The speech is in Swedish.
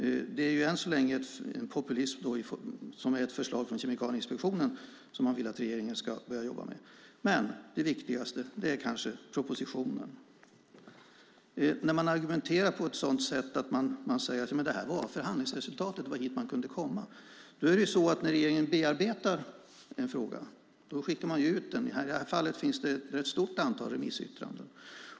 Det som än så länge är populism är ett förslag från Kemikalieinspektionen som man vill att regeringen ska börja jobba med. Men det viktigaste är kanske propositionen. Man argumenterar på det sättet att man säger att detta var förhandlingsresultatet, att det var hit man kunde komma. När regeringen bearbetar en fråga skickar man ut den, och i detta fall finns det ett stort antal remissyttranden.